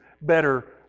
better